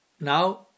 now